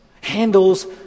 handles